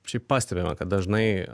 šiaip pastebima kad dažnai